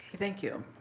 thank you.